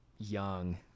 Young